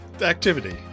activity